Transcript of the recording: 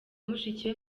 mushiki